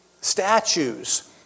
statues